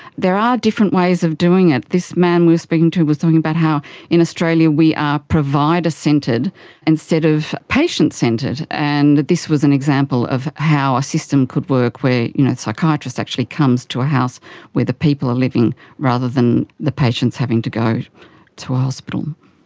there are different ways of doing it. this man we were speaking to was talking about how in australia we are provider centred instead of patient centred, and that this was an example of how a system could work where a you know psychiatrist actually comes to a house where the people are living rather than the patients having to go to a hospital.